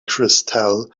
crystal